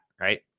Right